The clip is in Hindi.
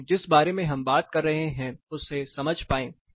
ताकि जिस बारे में हम बात कर रहे हैं उसे समझ पाएं